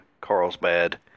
Carlsbad